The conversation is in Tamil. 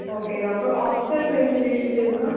ஓகேங்க அப்புறோம் ஹாஸ்டல் பெசிலிட்டீஸ் இருக்கா